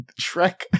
Shrek